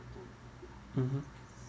mmhmm